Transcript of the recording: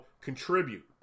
contribute